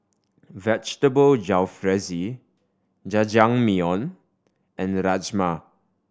Vegetable Jalfrezi Jajangmyeon and Rajma